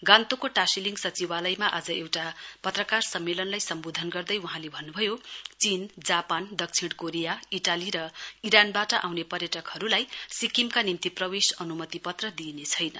गान्तोकको टाशीलिङ सचिवालयमा आज एउटा पत्रकार सम्मेलनालई सम्बोधन गर्दै वहाँले भन्नु भयो चीन जापान दक्षिण कोरिया इटाली र इरानबाट आउने पर्यटकहरूलाई सिक्किमका निम्ति प्रवेश अनुमति पत्र दिइनेछैन